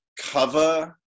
cover